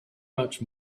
much